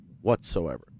whatsoever